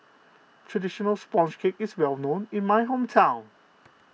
Traditional Sponge Cake is well known in my hometown